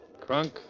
Crunk